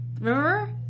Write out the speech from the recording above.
remember